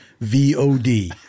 V-O-D